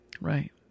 Right